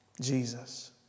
Jesus